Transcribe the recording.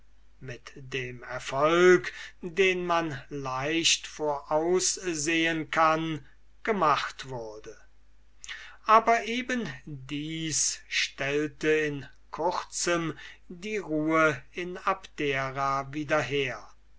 mit demjenigen erfolg den man leicht voraussehen kann gemacht wurde aber eben dies stellte in kurzem die ruhe in abdera wieder her